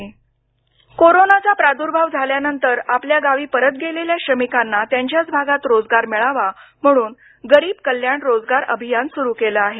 गरीब कल्याण रोजगार अभियान कोरोनाचा प्रादुर्भाव झाल्यानंतर आपल्या गावी परत गेलेल्या श्रमिकांना त्यांच्याच भागात रोजगार मिळावा म्हणून गरीब कल्याण रोजगार अभियान सुरु केल आहे